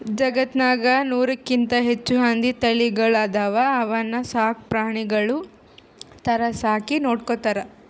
ಜಗತ್ತ್ನಾಗ್ ನೂರಕ್ಕಿಂತ್ ಹೆಚ್ಚ್ ಹಂದಿ ತಳಿಗಳ್ ಅದಾವ ಅವನ್ನ ಸಾಕ್ ಪ್ರಾಣಿಗಳ್ ಥರಾ ಸಾಕಿ ನೋಡ್ಕೊತಾರ್